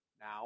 now